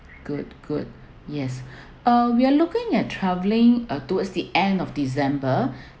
good good yes uh we're looking at traveling uh towards the end of december